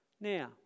Now